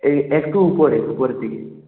একটু উপরে উপরের দিকে